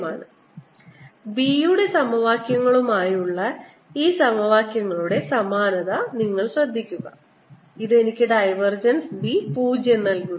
ആണ് B യുടെ സമവാക്യങ്ങളുമായുള്ള ഈ സമവാക്യങ്ങളുടെ സമാനത ശ്രദ്ധിക്കുക ഇത് എനിക്ക് ഡൈവർജൻസ് B 0 നൽകുന്നു